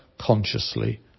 consciously